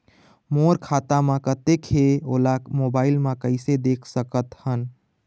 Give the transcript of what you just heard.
मोर खाता म कतेक हे ओला मोबाइल म कइसे देख सकत हन?